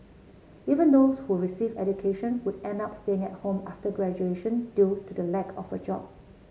even those who received education would end up staying at home after graduation due to the lack of a job